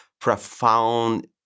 profound